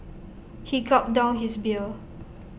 he gulped down his beer